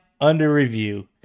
under-review